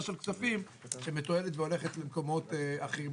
של כספים שמתועדת והולכת למקומות אחרים.